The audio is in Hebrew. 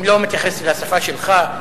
אתה לא מתייחס לשפה שלך,